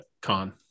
con